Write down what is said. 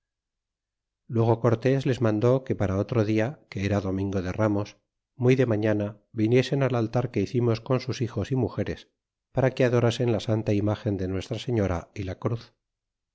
luego cortés les mandó que para otro dia que era domingo de ramos muy de mañana viniesen al altar que hicimos con sus hijos y mugeres para que adorasen la santa imagen de nuestra señora y la cruz